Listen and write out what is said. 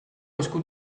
esku